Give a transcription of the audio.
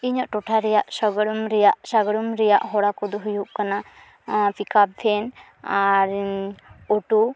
ᱤᱧᱟᱹᱜ ᱴᱚᱴᱷᱟ ᱨᱮᱭᱟᱜ ᱥᱟᱜᱚᱲᱚᱢ ᱨᱮᱭᱟᱜ ᱥᱟᱜᱟᱲᱚᱢ ᱨᱮᱭᱟᱜ ᱦᱚᱨᱟ ᱠᱚᱫᱚ ᱦᱩᱭᱩᱜ ᱠᱟᱱᱟ ᱯᱤᱠᱟᱯ ᱵᱷᱮᱱ ᱟᱨ ᱚᱴᱳ